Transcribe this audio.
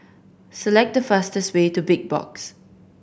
select the fastest way to Big Box